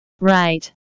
right